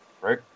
right